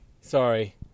Sorry